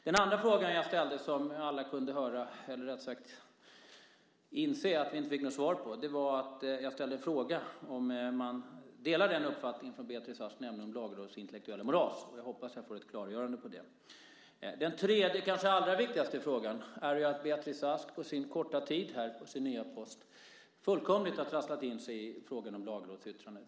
Den andra frågan som jag ställde och som alla inser att jag inte fick svar på var om Beatrice Ask delar uppfattningen om Lagrådets intellektuella moras. Jag hoppas att jag får ett klargörande på den punkten. Den tredje och kanske viktigaste frågan gällde att Beatrice Ask under den korta tiden på sin nya post fullkomligt har trasslat in sig i frågan om lagrådsyttranden.